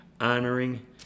honoring